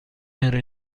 era